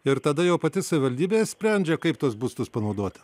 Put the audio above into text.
ir tada jau pati savivaldybė sprendžia kaip tuos būstus panaudoti